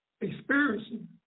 experiencing